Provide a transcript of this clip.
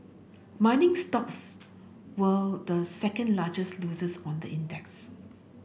mining stocks were the second largest losers on the index